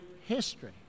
history